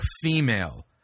female